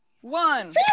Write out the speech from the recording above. one